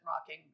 rocking